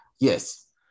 yes